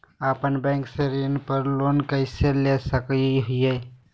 अपना बैंक से कृषि पर लोन कैसे ले सकअ हियई?